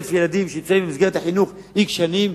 1,000 ילדים שנמצאים במסגרת החינוךx שנים,